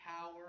power